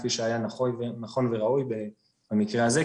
כפי שהיה נכון וראוי במקרה הזה.